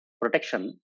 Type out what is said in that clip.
protection